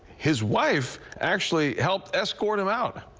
his wife actually helped escort him out.